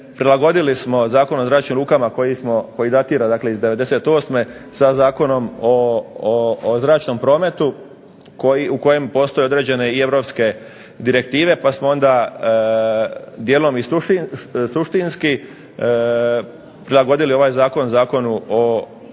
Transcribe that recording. prilagodili smo Zakon o zračnim lukama koji datira iz 98. sa Zakonom o zračnom prometu u kojem postoje određene Europske direktive pa smo onda dijelom suštinski prilagodili ovaj zakon Zakonu o zračnom prometu.